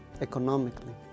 economically